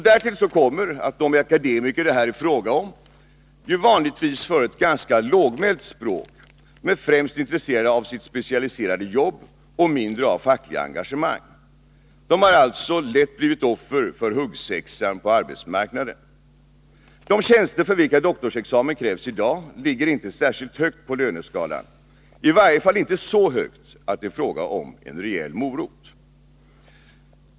Därtill kommer att de akademiker det här är fråga om ju vanligtvis för ett ganska lågmält språk. Främst är de intresserade av sitt specialiserade jobb och mindre av fackliga engagemang. De har alltså lätt blivit offer för huggsexan på arbetsmarknaden. De tjänster för vilka doktorsexamen krävs i dag ligger inte särskilt högt på löneskalan, i varje fall inte så högt att det är fråga om en rejäl morot.